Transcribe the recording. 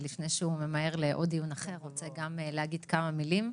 שממהר לדיון אחר ורוצה להגיד כמה מילים.